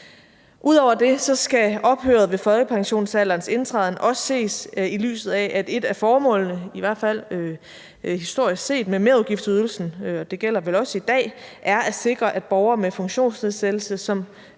Ud over det skal ophøret ved folkepensionsalderens indtræden også ses i lyset af, at et af formålene – i hvert fald historisk set – med merudgiftsydelsen, og det gælder vel også i dag, er at sikre, at borgere med funktionsnedsættelse,